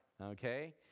Okay